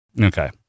Okay